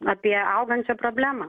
apie augančią problemą